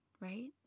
Right